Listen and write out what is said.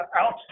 out